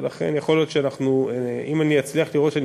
ולכן יכול להיות שאם אצליח לראות שאני